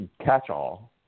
catch-all